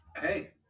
Hey